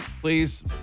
Please